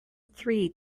three